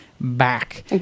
back